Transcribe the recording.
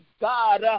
God